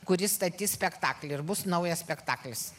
kuris statys spektaklį ir bus naujas spektaklis